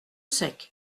sec